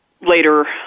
Later